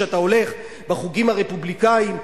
כשאתה הולך בחוגים הרפובליקניים,